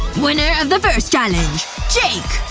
winner of the first challenge jake!